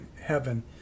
heaven